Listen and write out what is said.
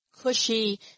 cushy